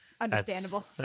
Understandable